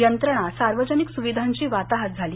यंत्रणा सार्वजनिक सुविधांची वाताहात झाली